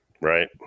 right